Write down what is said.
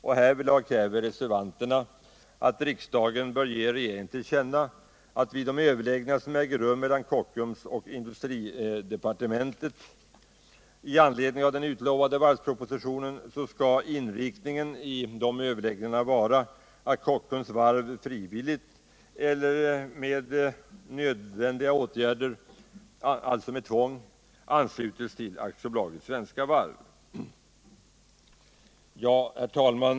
Reservanterna kräver att riksdagen bör ge regeringen till känna att vid de överläggningar som äger rum mellan Kockums och industridepartementet i anledning av den utlovade varvspropositionen skall inriktningen vara att Kockums varv frivilligt eller genom nödvändiga åtgärder, alltså med tvång, ansluts till Svenska Varv AB. Herr talman!